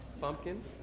Pumpkin